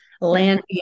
land